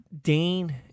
Dane